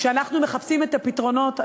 כשאנחנו מחפשים את הפתרונות,